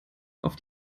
auf